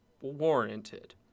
warranted